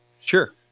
Sure